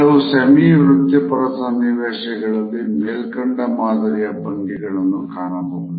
ಕೆಲವು ಸೆಮಿ ವೃತ್ತಿಪರ ಸನ್ನಿವೇಶಗಳಲ್ಲಿ ಮೇಲ್ಕಂಡ ಮಾದರಿಯ ಭಂಗಿಗಳನ್ನು ಕಾಣಬಹುದು